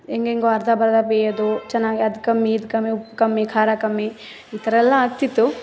ಹೆಂಗೆ ಹೇಗೋ ಅರ್ಧಂಬರ್ಧ ಬೇಯೋದು ಚೆನ್ನಾಗಿ ಅದು ಕಮ್ಮಿ ಇದು ಕಮ್ಮಿ ಉಪ್ಪು ಕಮ್ಮಿ ಖಾರ ಕಮ್ಮಿ ಈ ಥರ ಎಲ್ಲ ಆಗ್ತಿತ್ತು